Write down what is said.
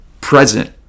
present